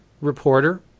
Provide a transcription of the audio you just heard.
reporter